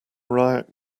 riot